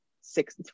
six